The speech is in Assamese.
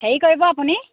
হেৰি কৰিব আপুনি